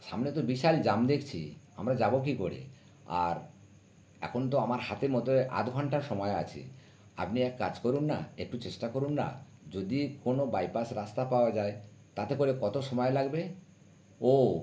সামনে তো বিশাল জ্যাম দেখছি আমরা যাব কী করে আর এখন তো আমার হাতে মোটে আধ ঘণ্টার সময় আছে আপনি এক কাজ করুন না একটু চেষ্টা করুন না যদি কোনো বাইপাস রাস্তা পাওয়া যায় তাতে করে কত সময় লাগবে ও